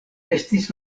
estis